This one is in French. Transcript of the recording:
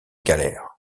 galère